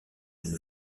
une